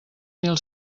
mil